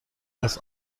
است